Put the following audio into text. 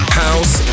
house